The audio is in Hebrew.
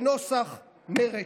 נוסח מרצ.